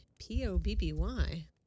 P-O-B-B-Y